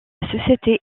société